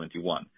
2021